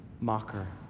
mocker